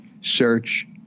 search